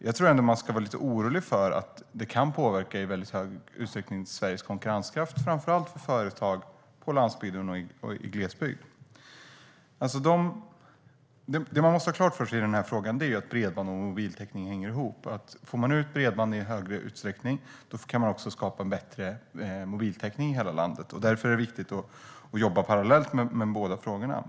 Jag tror att man ska vara lite orolig för att det i hög utsträckning kan påverka Sveriges konkurrenskraft, framför allt för företag på landsbygden och i glesbygd. Det man måste ha klart för sig i den här frågan är att bredband och mobiltäckning hänger ihop. Får man ut bredband i högre utsträckning kan man också skapa bättre mobiltäckning i hela landet. Därför är det viktigt att jobba parallellt med frågorna.